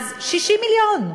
60 מיליון.